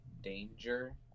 danger